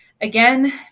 again